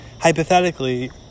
hypothetically